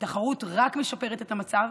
ותחרות רק משפרת את המצב,